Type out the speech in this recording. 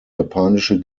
japanische